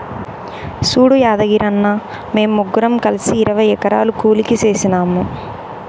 సూడు యాదగిరన్న, మేము ముగ్గురం కలిసి ఇరవై ఎకరాలు కూలికి సేసినాము